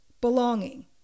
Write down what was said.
Belonging